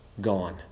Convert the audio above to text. gone